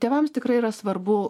tėvams tikrai yra svarbu